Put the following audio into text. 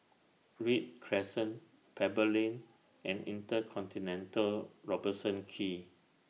Read Crescent Pebble Lane and InterContinental Robertson Quay